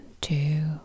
two